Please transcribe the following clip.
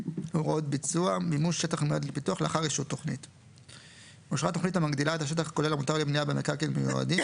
הוראות ביצוע מימוש שטח מיועד לפיתוח לאחר אישור התוכנית 44. אושרה תוכנית המגדילה את השטח הכולל המותר לבנייה במקרקעין מיועדים,